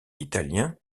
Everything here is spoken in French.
italiens